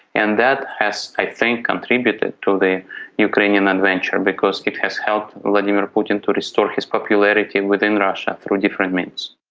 and that has i think contributed to the ukrainian adventure because it has helped vladimir putin to restore his popularity within russia through different means.